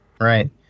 right